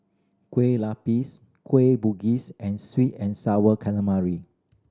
Kueh Lupis Kueh Bugis and sweet and Sour Calamari